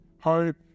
hope